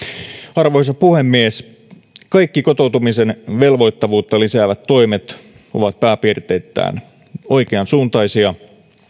arvoisa puhemies kaikki kotoutumisen velvoittavuutta lisäävät toimet ovat pääpiirteittäin oikeansuuntaisia